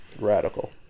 Radical